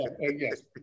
Yes